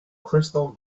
crystal